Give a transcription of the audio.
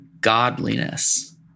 godliness